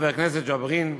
חבר הכנסת ג'בארין,